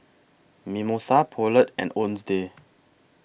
Mimosa Poulet and